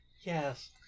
Yes